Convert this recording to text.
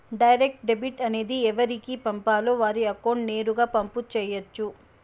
direct debit అనేది ఎవరికి పంపాలో వారి అకౌంట్ నేరుగా పంపు చేయొచ్చు